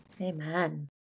Amen